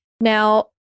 Now